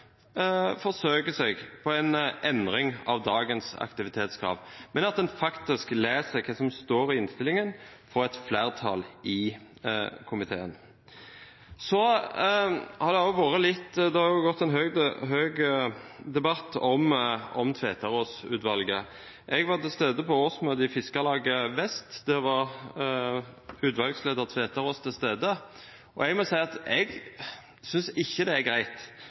forsøker seg på en endring av dagens aktivitetskrav, men at en leser hva som står i innstillingen fra et flertall i komiteen. Så har debatten gått høyt om Tveterås-utvalget. Jeg var til stede på årsmøtet i Fiskarlaget Vest. Der var utvalgsleder Tveterås til stede. Jeg må si at jeg synes ikke det er greit